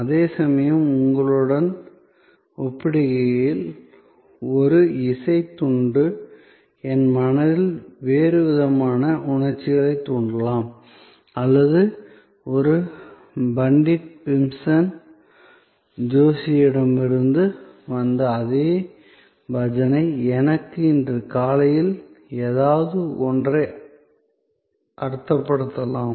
அதேசமயம் உங்களுடன் ஒப்பிடுகையில் ஒரு இசைத் துண்டு என் மனதில் வேறுவிதமான உணர்ச்சிகளைத் தூண்டலாம் அல்லது ஒரு பண்டிட் பீம்சென் ஜோஷியிடமிருந்து வந்த அதே பஜனை எனக்கு இன்று காலையில் ஏதாவது ஒன்றை அர்த்தப்படுத்தலாம்